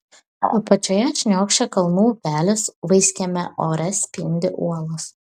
apačioje šniokščia kalnų upelis vaiskiame ore spindi uolos